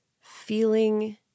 feeling